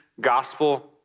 gospel